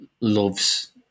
loves